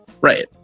Right